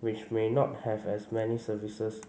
which may not have as many services